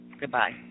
Goodbye